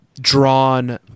drawn